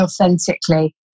authentically